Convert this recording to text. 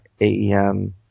AEM